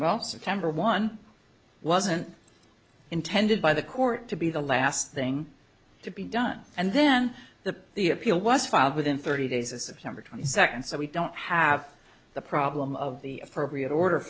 well september one wasn't intended by the court to be the last thing to be done and then the the appeal was filed within thirty days as number twenty second so we don't have the problem of the appropriate order